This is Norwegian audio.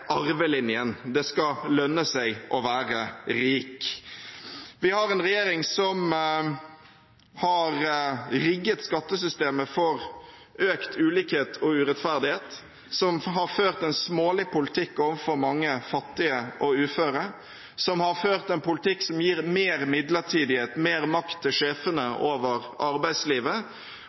arvelinjen – det skal lønne seg å være rik. Vi har en regjering som har rigget skattesystemet for økt ulikhet og urettferdighet, som har ført en smålig politikk overfor mange fattige og uføre, som har ført en politikk som gir mer midlertidighet, mer makt til sjefene over arbeidslivet,